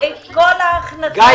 את כל ההחלטות.